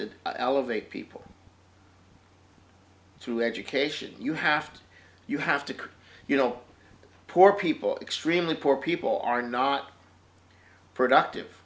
to elevate people through education you have to you have to you know poor people extremely poor people are not productive